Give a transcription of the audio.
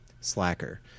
slacker